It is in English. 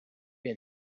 have